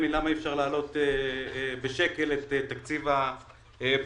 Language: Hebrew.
לי למה אי-אפשר להעלות בשקל את תקציב הבריאות.